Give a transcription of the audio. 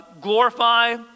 glorify